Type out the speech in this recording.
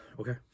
Okay